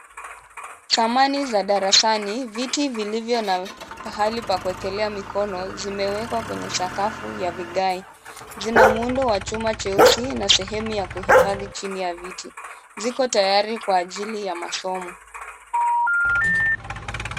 Thamani za darasani viti vilivyo na pahali pa kuwekelea mikono zimewekwa kwenye sakafu ya vigai. Vina muundo wa chuma cheusi na sehemu ya kuhifadhi chini ya viti. Ziko tayari kwa ajili ya masomo.